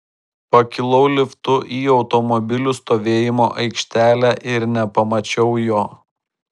pakilau liftu į automobilių stovėjimo aikštelę ir nepamačiau jo